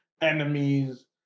enemies